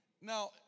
now